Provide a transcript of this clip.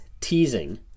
teasing